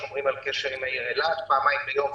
ושומרים על קשר עם העיר אילת פעמיים ביום.